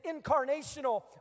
incarnational